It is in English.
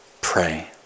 pray